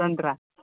सन्तरा